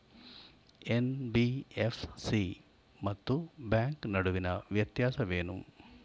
NBFC ಮತ್ತು bank ನಡುವಿನ ವ್ಯತ್ಯಾಸವೇನು?